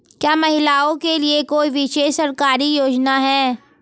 क्या महिलाओं के लिए कोई विशेष सरकारी योजना है?